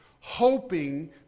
hoping